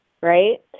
Right